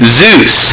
Zeus